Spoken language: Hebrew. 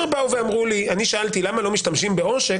אני שאלתי למה לא משתמשים בעושק,